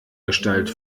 gestalt